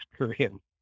experience